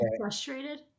frustrated